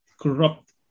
corrupt